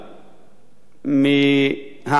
מהעם בישראל באותה תקופה,